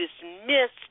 dismissed